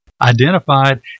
identified